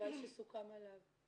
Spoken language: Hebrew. התוואי שסוכם עליו.